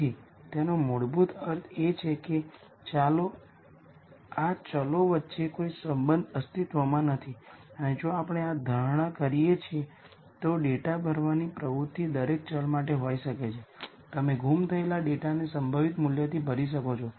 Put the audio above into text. તેથી તેનો મૂળભૂત અર્થ એ છે કે આ વેરીએબલ્સ વચ્ચે કોઈ સંબંધ અસ્તિત્વમાં નથી અને જો આપણે આ ધારણા કરીએ તો ડેટા ભરવાની પ્રવૃત્તિ દરેક વેરીએબલ માટે હોઈ શકે છે તમે ગુમ થયેલ ડેટાને સંભવિત મૂલ્યથી ભરી શકો છો